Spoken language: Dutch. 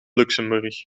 luxemburg